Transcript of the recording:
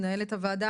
מנהלת הוועדה,